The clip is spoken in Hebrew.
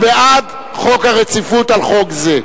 הוא בעד חוק הרציפות על חוק זה.